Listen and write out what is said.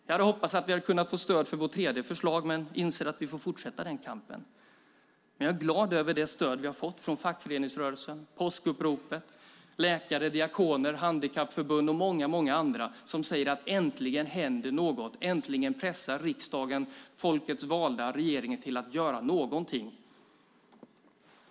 Jag hade hoppats att vi hade kunnat få stöd för vårt tredje förslag men inser att vi får fortsätta den kampen. Men jag är glad för det stöd vi har fått från fackföreningsrörelsen, påskuppropet, läkare, diakoner, handikappförbund och många andra som säger: Äntligen händer något! Äntligen pressar riksdagen, folkets valda, regeringen till att göra någonting.